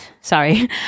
sorry